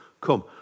Come